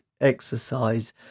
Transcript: exercise